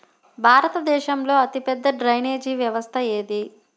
భారతదేశంలో అతిపెద్ద డ్రైనేజీ వ్యవస్థ ఏది?